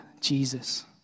Jesus